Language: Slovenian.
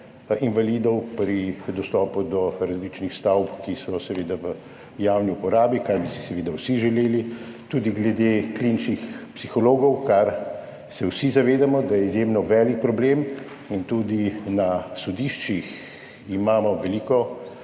invalidov, pri dostopu do različnih stavb, ki so v javni uporabi, kar bi si seveda vsi želeli. Tudi glede kliničnih psihologov, kar se vsi zavedamo, da je izjemno velik problem. Tudi na sodiščih imamo pri